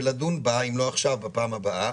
ולדון בה בפעם הבאה.